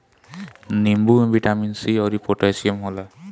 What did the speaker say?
नींबू में vitamin C अउरी पोटैशियम होला